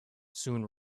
soon